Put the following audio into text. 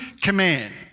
command